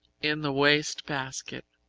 in the waste-basket.